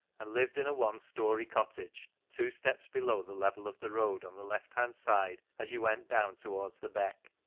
and lived in a one-storey cottage, two steps below the level of the road, on the left-hand side as you went down towards the beck.